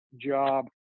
job